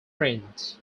print